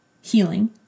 healing